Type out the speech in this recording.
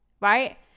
right